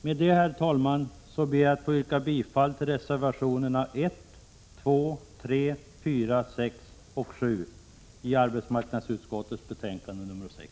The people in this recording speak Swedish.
Jag ber att få yrka bifall till reservationerna 1, 2, 3, 4, 6 och 7 i arbetsmarknadsutskottets betänkande nr 6.